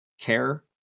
care